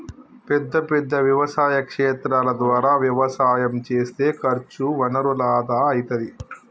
పెద్ద పెద్ద వ్యవసాయ క్షేత్రాల ద్వారా వ్యవసాయం చేస్తే ఖర్చు వనరుల ఆదా అయితది